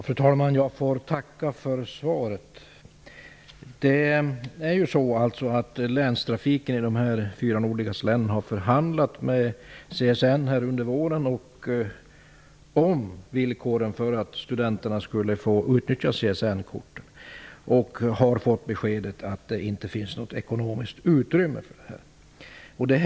Fru talman! Jag får tacka för svaret. Länstrafiken i de fyra nordligaste länen har förhandlat med CSN under våren om villkoren för att studenterna skulle få utnyttja CSN-korten. Man har fått beskedet att det inte finns något ekonomiskt utrymme för det.